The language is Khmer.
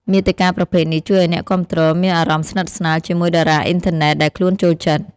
មាតិកាប្រភេទនេះជួយឱ្យអ្នកគាំទ្រមានអារម្មណ៍ស្និទ្ធស្នាលជាមួយតារាអុីនធឺណិតដែលខ្លួនចូលចិត្ត។